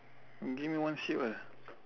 you give me one sheep ah